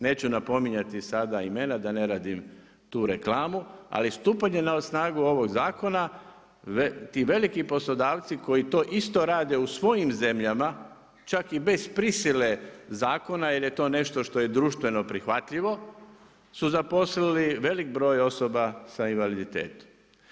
Neću napominjati sada imena da ne radim tu reklamu, ali stupanje na snagu ovog zakona, ti veliki poslodavci koji to isto rade u svojim zemljama, čak i bez prisile zakona jer je to nešto što je društveno prihvatljivo, su zaposlili velik broj osoba sa invaliditetom.